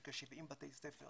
יש כ-70 בתי ספר